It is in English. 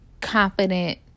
confident